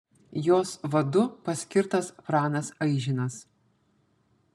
jos vadu paskirtas pranas aižinas